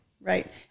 Right